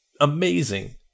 amazing